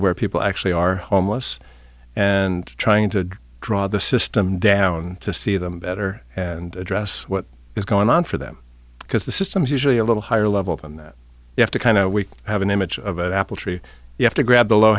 where people actually are homeless and trying to draw the system down to see them better and address what is going on for them because the system is usually a little higher level than that you have to kind of we have an image of apple tree you have to grab the low